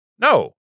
no